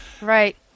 Right